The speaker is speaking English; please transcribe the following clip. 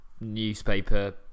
newspaper